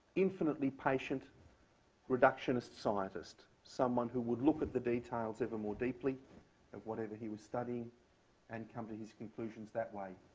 infinitely patient reductionist scientist, someone who would look at the details ever more deeply of whatever he was studying and come to his conclusions that way.